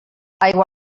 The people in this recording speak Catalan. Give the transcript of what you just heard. aigua